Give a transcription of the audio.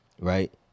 right